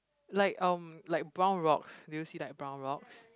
like um like brown rocks do you see like brown rocks